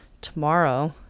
tomorrow